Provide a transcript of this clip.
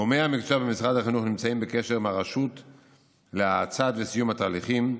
גורמי המקצוע במשרד החינוך נמצאים בקשר עם הרשות להאצה וסיום התהליכים.